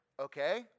Okay